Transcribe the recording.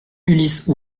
ulysse